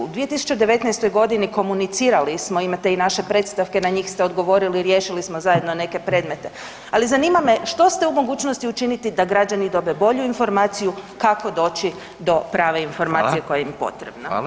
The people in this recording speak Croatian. U 2019. g. komunicirali smo, imate i naše predstavke, na njih ste odgovorili, riješili smo zajedno neke predmete, ali zanima me, što ste u mogućnosti učiniti da građani dobe bolju informaciju kako doći do prave informacije koja im je potrebna?